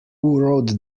wrote